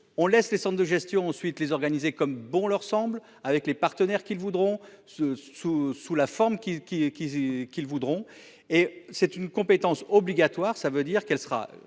on laisse les cendres de gestion ensuite les organiser comme bon leur semble, avec les partenaires qu'ils voudront se sous sous la forme qui qui qui qui le voudront et c'est une compétence obligatoire. Ça veut dire qu'elle sera